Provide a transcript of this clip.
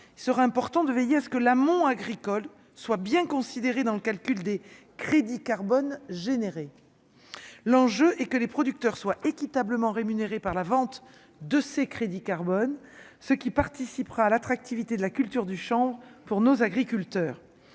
cela sera important de veiller à ce que l'amont agricole soit bien considérés dans le calcul des crédits carbone générées, l'enjeu est que les producteurs soient équitablement rémunérés par la vente de ces crédits carbone ce qui participera à l'attractivité de la culture du Champ pour nos agriculteurs,